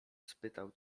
spytał